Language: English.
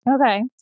Okay